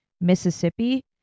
Mississippi